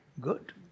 good